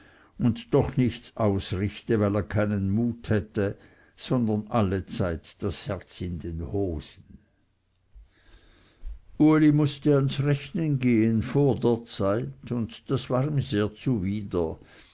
und doch nichts ausrichte weil er keinen mut hätte sondern allezeit das herz in den hosen uli mußte ans rechnen gehen vor der zeit und das war ihm sehr zuwider